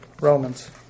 Romans